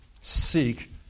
seek